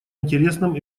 интересном